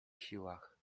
siłach